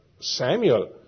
Samuel